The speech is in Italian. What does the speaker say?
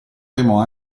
temo